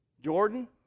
Jordan